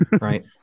Right